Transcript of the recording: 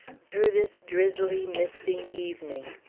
through this drizzly, misting evening.